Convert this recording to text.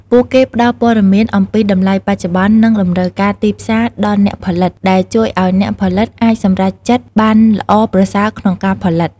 ពួកគេផ្តល់ព័ត៌មានអំពីតម្លៃបច្ចុប្បន្ន និងតម្រូវការទីផ្សារដល់អ្នកផលិត ដែលជួយឱ្យអ្នកផលិតអាចសម្រេចចិត្តបានល្អប្រសើរក្នុងការផលិត។